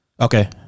Okay